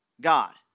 God